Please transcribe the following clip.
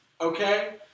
okay